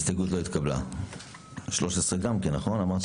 הצבעה ההסתייגות לא נתקבלה ההסתייגות לא התקבלה.